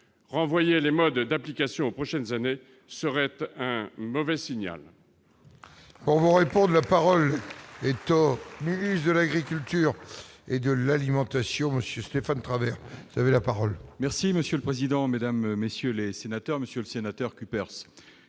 renvoyer les modes d'application prochaines années serait un mauvais signal.